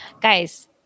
Guys